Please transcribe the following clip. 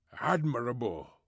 Admirable